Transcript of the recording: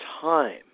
time